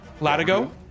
Latigo